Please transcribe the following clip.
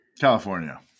california